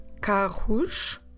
carros